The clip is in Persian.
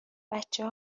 بچه